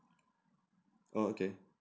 oh okay